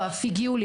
ההיקפים מדווחים